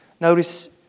Notice